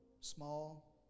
small